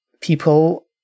people